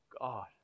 God